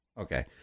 Okay